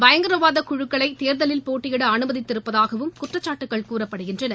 பயங்கரவாத குழுக்களை தேர்தலில் போட்டியிட அனுமதித்திருப்பதாகவும் குற்றச்சாட்டுகள் கூறப்படுகின்றன